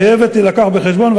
חייבת להילקח בחשבון,